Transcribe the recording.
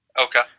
Okay